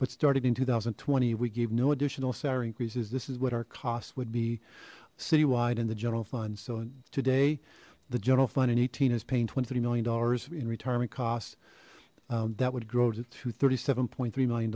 but starting in two thousand and twenty we gave no additional salary increases this is what our cost would be citywide and the general fund so today the general fund in eighteen is paying twenty thirty million dollars in retirement costs that would grow to thirty seven point three million